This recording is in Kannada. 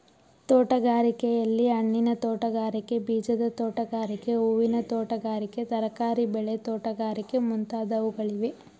ತೋಟಗಾರಿಕೆಯಲ್ಲಿ, ಹಣ್ಣಿನ ತೋಟಗಾರಿಕೆ, ಬೀಜದ ತೋಟಗಾರಿಕೆ, ಹೂವಿನ ತೋಟಗಾರಿಕೆ, ತರಕಾರಿ ಬೆಳೆ ತೋಟಗಾರಿಕೆ ಮುಂತಾದವುಗಳಿವೆ